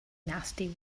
nasty